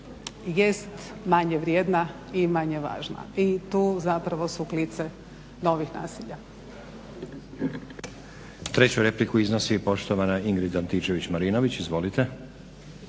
jest manje vrijedna i manje važna i tu zapravo su klice novih nasilja.